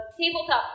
tabletop